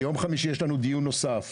ביום חמישי יש לנו דיון נוסף,